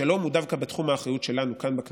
השלום הוא דווקא בתחום האחריות שלנו כאן, בכנסת.